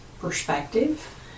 perspective